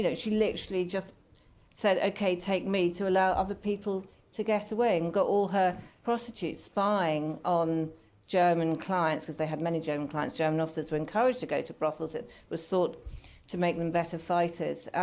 you know she literally just said, ok, take me, to allow other people to get away and got all her prostitutes spying on german clients because they had many german clients. german officers were encouraged to go to brothels. it was thought to make them better fighters.